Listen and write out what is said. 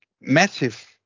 massive